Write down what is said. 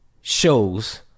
shows